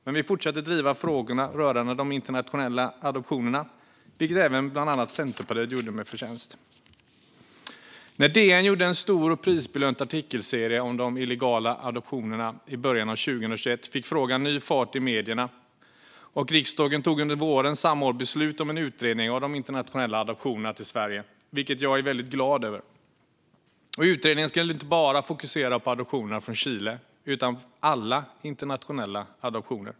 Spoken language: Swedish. Men vi fortsatte att driva frågorna rörande de internationella adoptionerna, vilket även bland annat Centerpartiet förtjänstfullt gjort. När DN gjorde en stor och prisbelönt artikelserie om de illegala adoptionerna i början av 2021 fick frågan ny fart i medierna, och riksdagen fattade under våren samma år beslut om en utredning av de internationella adoptionerna till Sverige, vilket jag är väldigt glad över. Utredningen ska inte bara fokusera på adoptionerna från Chile utan på alla internationella adoptioner.